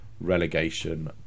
relegation